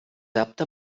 apte